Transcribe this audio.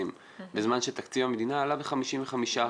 בזמן שתקציב המדינה עלה ב-55%.